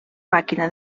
màquina